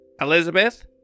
Elizabeth